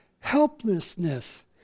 helplessness